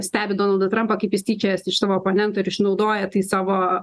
stebi donaldą trampą kaip jis tyčiojasi iš savo oponento ir išnaudoja tai savo